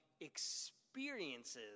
experiences